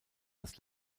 das